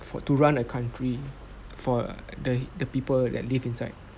for to run a country for the the people that live inside